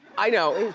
i know.